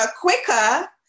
quicker